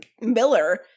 Miller